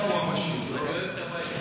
הוא החשוב, לא חשוב.